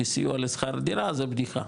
כסיוע בשכר דירה זו בדיחה,